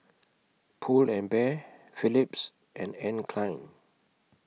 Pull and Bear Philips and Anne Klein